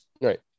Right